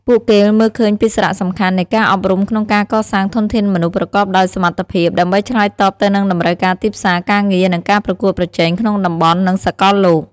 ពួកគេមើលឃើញពីសារៈសំខាន់នៃការអប់រំក្នុងការកសាងធនធានមនុស្សប្រកបដោយសមត្ថភាព ដើម្បីឆ្លើយតបទៅនឹងតម្រូវការទីផ្សារការងារ និងការប្រកួតប្រជែងក្នុងតំបន់ និងសកលលោក។